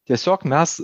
tiesiog mes